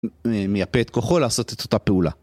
מייפה את כוחו לעשות את אותה פעולה